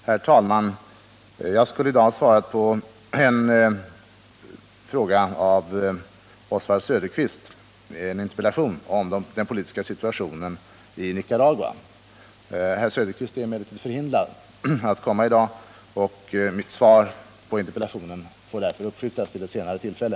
Herr talman! Jag skulle i dag ha svarat på en interpellation av Oswald Söderqvist om den politiska situationen i Nicaragua. Herr Söderqvist är emellertid förhindrad att komma i dag, och mitt svar på interpellationen får därför uppskjutas till ett senare tillfälle.